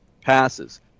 passes